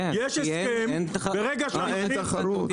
כן, כי אין תחרות --- אה, אין תחרות.